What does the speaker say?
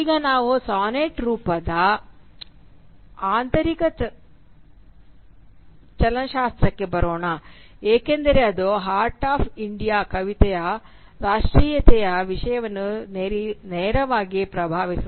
ಈಗ ನಾವು ಸಾನೆಟ್ ರೂಪದ ಆಂತರಿಕ ಚಲನಶಾಸ್ತ್ರಕ್ಕೆ ಬರೋಣ ಏಕೆಂದರೆ ಅದು ಹಾರ್ಪ್ ಆಫ್ ಇಂಡಿಯಾ ಕವಿತೆಯ ರಾಷ್ಟ್ರೀಯತೆಯ ವಿಷಯವನ್ನು ನೇರವಾಗಿ ಪ್ರಭಾವಿಸುತ್ತದೆ